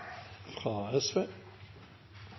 Fra